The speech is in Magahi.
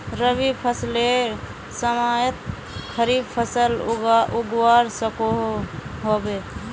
रवि फसलेर समयेत खरीफ फसल उगवार सकोहो होबे?